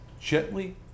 gently